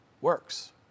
works